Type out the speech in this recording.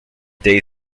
day